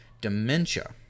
dementia